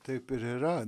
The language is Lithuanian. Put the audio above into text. taip ir yra